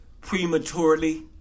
prematurely